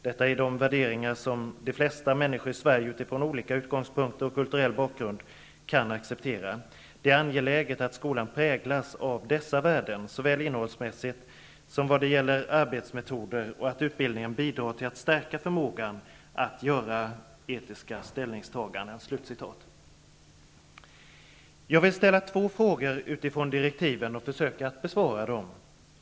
Detta är värderingar som de flesta människor i Sverige, utifrån olika utgångspunkter och kulturell bakgrund, kan acceptera. Det är angeläget att skolan präglas av dessa värden såväl innehållsmässigt som vad gäller arbetsmetoder och att utbildningen bidrar till att stärka förmågan att göra etiska ställningstaganden.'' Jag vill ställa två frågor utifrån direktiven och försöka att besvara dem.